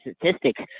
statistics